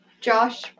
Josh